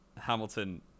Hamilton